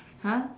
!huh!